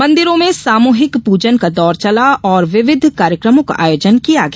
मंदिरों में सामूहिक पूजन का दौर चला और विविध कार्यक्रमों का आयोजन किया गया